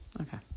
okay